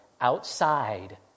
outside